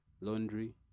laundry